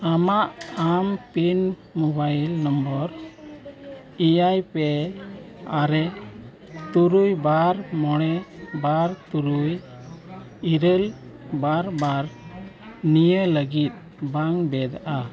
ᱟᱢᱟᱜ ᱟᱢ pin mobile number ᱮᱭᱟᱭ ᱯᱮ ᱟᱨᱮ ᱛᱩᱨᱩᱭ ᱵᱟᱨ ᱢᱚᱬᱮ ᱵᱟᱨ ᱛᱩᱨᱩᱭ ᱤᱨᱟᱹᱞ ᱵᱟᱨ ᱵᱟᱨ ᱱᱤᱭᱟᱹ ᱞᱟᱹᱜᱤᱫ ᱵᱟᱝ ᱵᱮᱫᱼᱟ